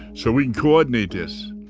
so we coordinate this.